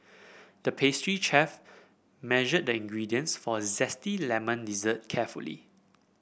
the pastry chef measured the ingredients for a zesty lemon dessert carefully